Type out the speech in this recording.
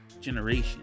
generation